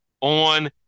on